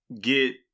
get